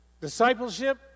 discipleship